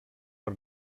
per